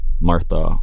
Martha